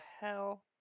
hell